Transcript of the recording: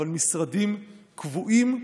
אבל משרדים קבועים.